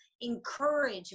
encourage